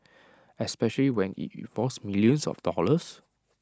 especially when IT involves millions of dollars